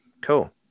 cool